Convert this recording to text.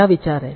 क्या विचार है